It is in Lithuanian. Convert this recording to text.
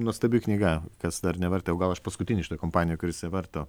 nuostabi knyga kas dar nevartė o gal aš paskutinis šitoj kompanijoj kuris ją varto